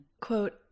quote